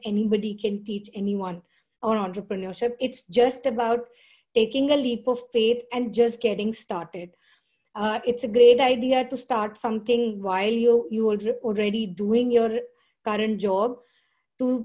anybody can teach anyone on entrepreneurship it's just about taking a leap of faith and just getting started it's a great idea to start something while you are already doing your current job too